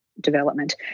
development